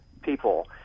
people